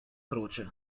croce